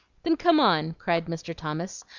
then come on, cried mr. thomas,